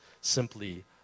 simply